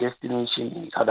destination